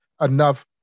enough